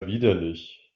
widerlich